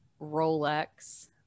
rolex